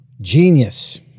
Genius